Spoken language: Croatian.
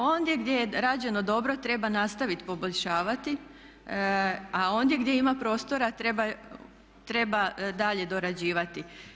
Ondje gdje je rađeno dobro treba nastavit poboljšavati, a onda gdje ima prostora treba dalje dorađivati.